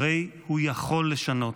הרי הוא יכול לשנות.